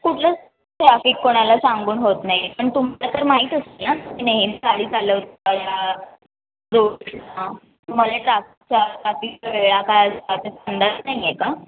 कुठलंच ट्रॅफिक कोणाला सांगून होत नाही पण तुम्हाला तर माहीत असेल ना नेहमी गाडी चालवता या रोडला तुम्हाला ट्राफिकच्या ट्राफिकच्या वेळा काय ते अंदाज नाही आहे का